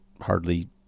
hardly